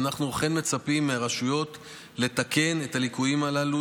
ואנחנו אכן מצפים מהרשויות לתקן את הליקויים הללו,